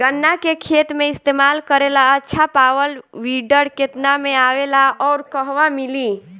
गन्ना के खेत में इस्तेमाल करेला अच्छा पावल वीडर केतना में आवेला अउर कहवा मिली?